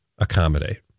accommodate